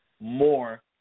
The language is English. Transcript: more